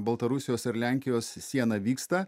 baltarusijos ir lenkijos sieną vyksta